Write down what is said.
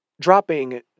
dropping